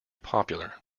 popular